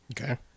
Okay